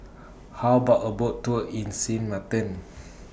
How about A Boat Tour in Sint Maarten